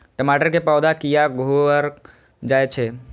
टमाटर के पौधा किया घुकर जायछे?